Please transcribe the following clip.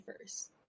first